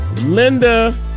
Linda